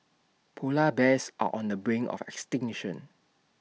Polar Bears are on the brink of extinction